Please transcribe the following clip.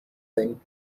thing